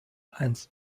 eins